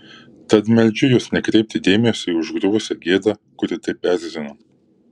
tad meldžiu jus nekreipti dėmesio į užgriuvusią gėdą kuri taip erzina